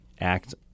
act